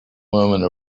woman